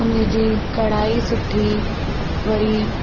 उन जी कढ़ाई सुठी वरी